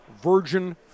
virgin